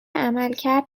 عملکرد